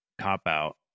cop-out